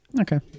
Okay